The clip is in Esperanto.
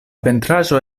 pentraĵo